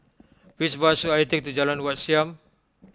which bus should I take to Jalan Wat Siam